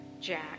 Jack